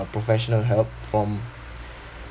professional help from